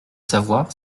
savoir